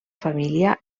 família